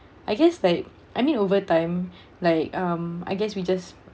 I guess like I mean over time like um I guess we just